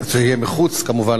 כמובן,